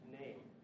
name